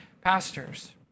pastors